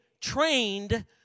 trained